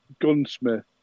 Gunsmith